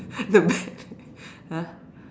the be~ !huh!